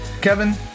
Kevin